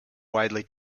widely